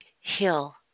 hill